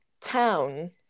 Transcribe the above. town